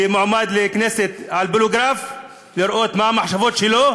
כמועמד לכנסת בפוליגרף, לראות מה המחשבות שלו?